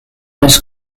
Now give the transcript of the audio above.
oes